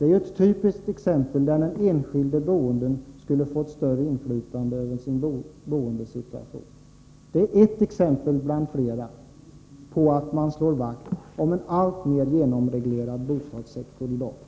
Det är ju ett typiskt fall där den enskilde boende skulle få större inflytande över sin boendesituation. Vi har här ett exempel bland flera på att man slår vakt om en alltmer genomreglerad'bostadssektor i dag.